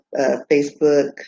Facebook